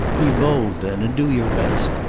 be bold, then, and do your best.